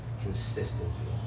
consistency